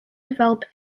develop